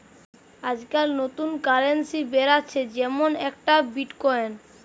আজকাল নতুন কারেন্সি বেরাচ্ছে যেমন একটা বিটকয়েন